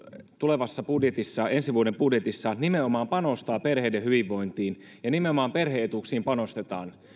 tulevassa ensi vuoden budjetissaan nimenomaan panostaa perheiden hyvinvointiin ja nimenomaan perhe etuuksiin panostetaan